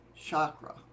chakra